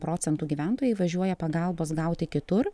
procentų gyventojai važiuoja pagalbos gauti kitur